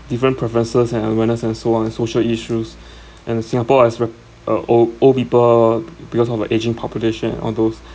different preferences and awareness and so on and social issues and singapore has re uh a old old people be~ because of a aging population and all those